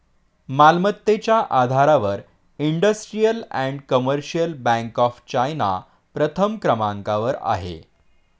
मालमत्तेच्या आधारावर industrial and commercial bank of China प्रथम क्रमांकावर आहे